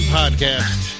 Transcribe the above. podcast